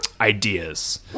ideas